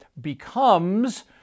becomes